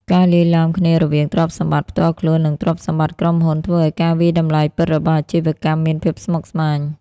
ការលាយឡំគ្នារវាងទ្រព្យសម្បត្តិផ្ទាល់ខ្លួន និងទ្រព្យសម្បត្តិក្រុមហ៊ុន ធ្វើឱ្យការវាយតម្លៃតម្លៃពិតរបស់អាជីវកម្មមានភាពស្មុគស្មាញ។